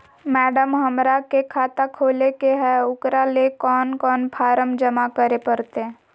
Madam, हमरा के खाता खोले के है उकरा ले कौन कौन फारम जमा करे परते?